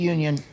Union